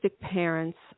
parents